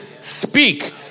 speak